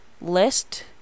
list